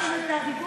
משכתם את הדיבור?